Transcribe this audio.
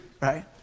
right